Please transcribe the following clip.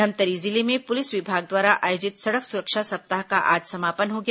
धमतरी जिले में पुलिस विभाग द्वारा आयोजित सड़क सुरक्षा सप्ताह का आज समापन हो गया